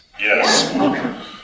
Yes